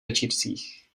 večírcích